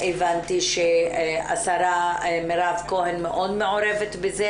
הבנתי שהשרה מירב כהן מאוד מעורבת בזה,